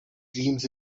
dreams